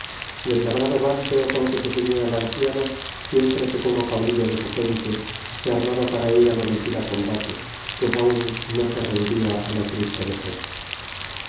y el labrado bálteo con que se ceñía el anciano siempre que como caudillo de su gente se armaba para ir al homicida combate pues aún no se rendía á la triste vejez